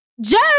jerry